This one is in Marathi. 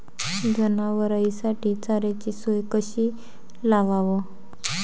जनावराइसाठी चाऱ्याची सोय कशी लावाव?